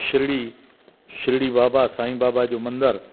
शिरडी शिरडी बाबा साईं बाबा जो मंदरु